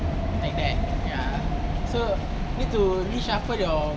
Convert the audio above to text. like that ya so need to reshuffle your